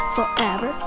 Forever